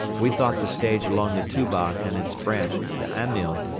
we thought the stage along the tuba and its branch, the amyl,